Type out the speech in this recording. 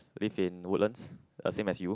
live in Woodlands as same as you